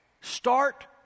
start